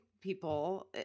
people